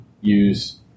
use